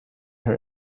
her